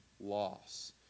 loss